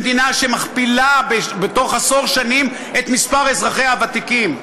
במדינה שמכפילה בתוך עשור את מספר אזרחיה הוותיקים.